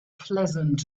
pleasant